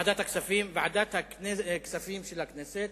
הם גם לא התנגדו.